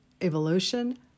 Evolution